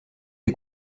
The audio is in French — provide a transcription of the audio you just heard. des